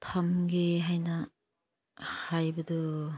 ꯊꯝꯒꯦ ꯍꯥꯏꯅ ꯍꯥꯏꯕꯗꯨ